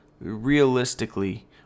realistically